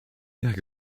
jak